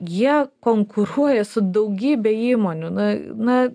jie konkuruoja su daugybe įmonių na na